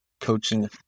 coaching